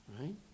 Right